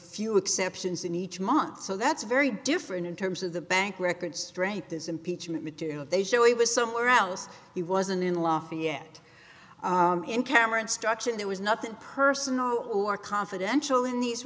few exceptions in each month so that's very different in terms of the bank records straight this impeachment material they show he was somewhere else he wasn't in lafayette in cameron struction there was nothing personal or confidential in these